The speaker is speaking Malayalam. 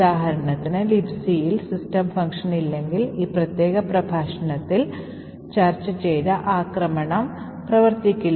ഉദാഹരണത്തിന് Libcൽ സിസ്റ്റം ഫംഗ്ഷൻ ഇല്ലെങ്കിൽ ഈ പ്രത്യേക പ്രഭാഷണത്തിൽ ചർച്ച ചെയ്ത ആക്രമണം പ്രവർത്തിക്കില്ല